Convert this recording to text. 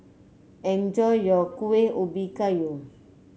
enjoy your Kueh Ubi Kayu